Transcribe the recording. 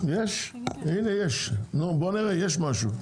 הנה יש משהו.